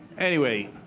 anyway,